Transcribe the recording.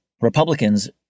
Republicans